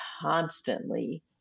constantly